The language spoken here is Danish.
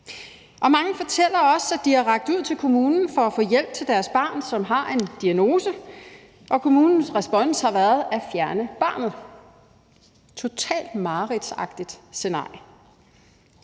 Mange fortæller også, at de har rakt ud til kommunen for at få hjælp til deres barn, som har en diagnose, og kommunens respons har været at fjerne barnet. Det er et totalt mareridtsagtigt scenarie.